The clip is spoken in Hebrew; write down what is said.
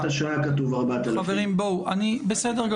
יריב.